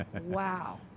Wow